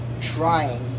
trying